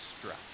stress